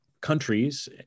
countries